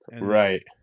right